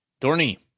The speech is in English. Thorny